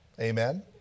Amen